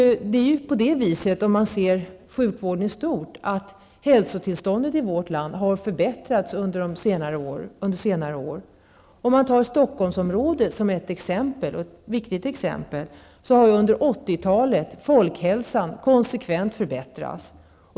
Sett till sjukvården i stort har häsotillståndet i vårt land förbättrats under senare år. Om man tar Stockholmsområdet som ett viktigt exempel har folkhälsan under 80 talet konsekvent förbättrats.